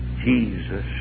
Jesus